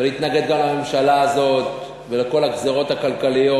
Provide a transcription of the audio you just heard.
ולהתנגד גם לממשלה הזאת ולכל הגזירות הכלכליות,